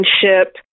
friendship